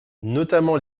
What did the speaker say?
notamment